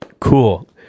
Cool